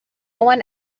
one